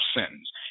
sentence